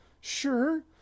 sure